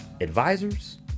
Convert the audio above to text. advisors